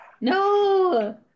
No